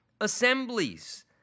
assemblies